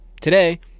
today